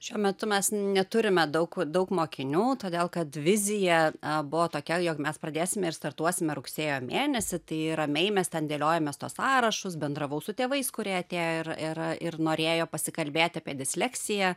šiuo metu mes neturime daug daug mokinių todėl kad vizija buvo tokia jog mes pradėsime ir startuosime rugsėjo mėnesį tai ramiai mes ten dėliojomės tuos sąrašus bendravau su tėvais kurie atėjo ir ir ir norėjo pasikalbėti apie disleksiją